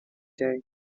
day